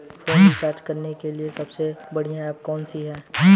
Phone recharge करने के लिए सबसे बढ़िया ऐप कौन सी है?